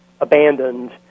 abandoned